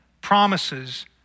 promises